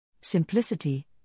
Simplicity